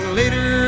later